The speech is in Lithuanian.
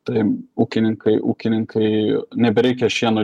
tai ūkininkai ūkininkai nebereikia šienui